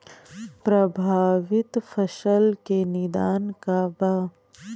प्रभावित फसल के निदान का बा?